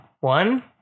one